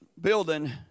building